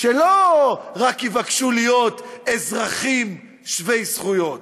שלא רק יבקשו להיות אזרחים שווי זכויות,